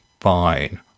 fine